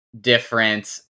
different